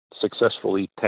successfully